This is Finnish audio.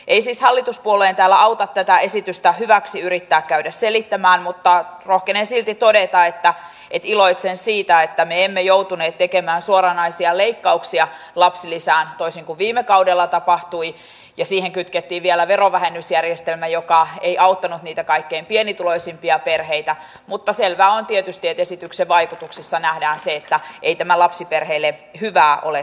ei siis hallituspuolueen täällä auta tätä esitystä hyväksi yrittää käydä selittämään mutta rohkenen silti todeta että iloitsen siitä että me emme joutuneet tekemään suoranaisia leikkauksia lapsilisään toisin kuin viime kaudella tapahtui ja siihen kytkettiin vielä verovähennysjärjestelmä joka ei auttanut niitä kaikkein pienituloisimpia perheitä mutta selvää on tietysti että esityksen vaikutuksissa nähdään että ei tämä lapsiperheille hyvää ole tuomassa